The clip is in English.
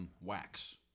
Wax